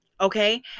okay